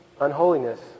unholiness